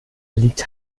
liegt